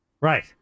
Right